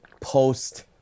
post